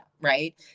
right